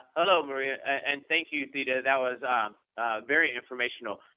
hello maria and thank you, theda. that was very informational.